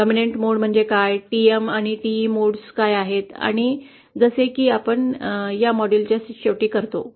प्रबळ मोड म्हणजे काय TM आणि TE मोड काय आहेत आणि जसे की आपण या मॉड्यूलचा शेवट करतो